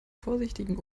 vorsichtigen